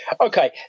Okay